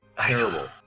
Terrible